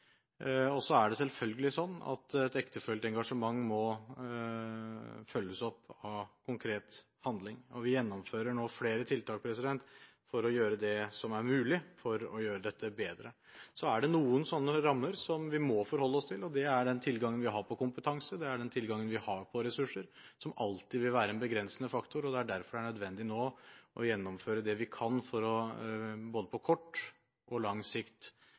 prosessene. Så er det selvfølgelig slik at et ektefølt engasjement må følges opp av konkret handling, og vi gjennomfører nå flere tiltak for å gjøre det som er mulig for å gjøre dette bedre. Så er det noen rammer som vi må forholde oss til. Det er den tilgangen vi har på kompetanse, og det er den tilgangen vi har på ressurser, som alltid vil være en begrensende faktor. Det er derfor det er nødvendig nå å gjennomføre det vi kan for på både kort og lang sikt